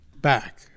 back